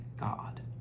God